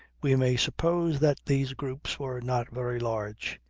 we may suppose that these groups were not very large.